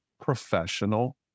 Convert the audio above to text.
professional